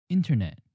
Internet